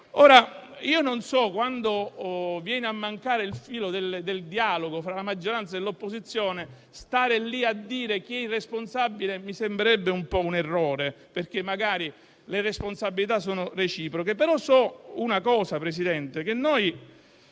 ascoltano. Quando viene a mancare il filo del dialogo fra la maggioranza e l'opposizione, stare lì a cercare il responsabile mi sembrerebbe un po' un errore, perché magari le responsabilità sono reciproche, però so una cosa, Presidente: rispetto